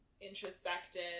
introspective